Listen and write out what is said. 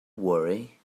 worry